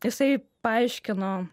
jisai paaiškino